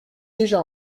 déjà